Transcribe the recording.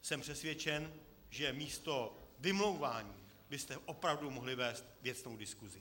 Jsem přesvědčen, že místo vymlouvání byste opravdu mohli vést věcnou diskusi.